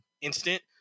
instant